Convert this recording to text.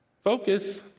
focus